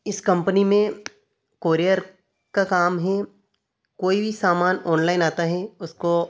इस कंपनी में कोरियर का काम हे कोई भी सामान ऑनलाइन आता है उसको